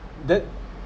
then